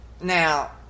now